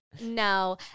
No